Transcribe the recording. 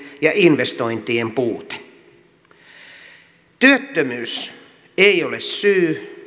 ja investointien puute työttömyys ei ole syy